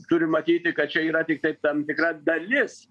turim matyti kad čia yra tiktai tam tikra dalis